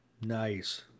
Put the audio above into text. Nice